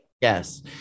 Yes